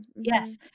Yes